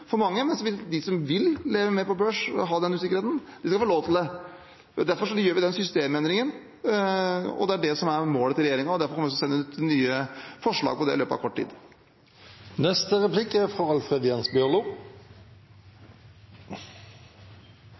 for vi ønsker at en skal få bort den usikkerheten for mange. De som vil leve mer på børs og ha den usikkerheten, skal få lov til det. Derfor gjør vi den systemendringen, og det er det som er målet til regjeringen. Derfor kommer vi til å sende ut nye forslag om det i løpet av kort tid.